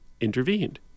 intervened